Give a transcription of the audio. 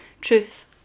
truth